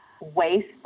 waste